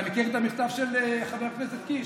אתה מכיר את המכתב של חבר הכנסת קיש?